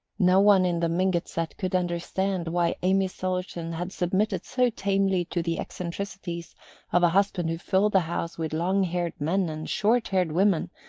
no one in the mingott set could understand why amy sillerton had submitted so tamely to the eccentricities of a husband who filled the house with long-haired men and short-haired women,